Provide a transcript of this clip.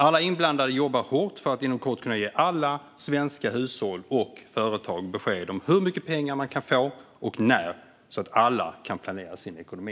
Alla inblandade jobbar hårt för att inom kort kunna ge alla svenska hushåll och företag besked om hur mycket pengar man kan få och när, så att alla kan planera sin ekonomi.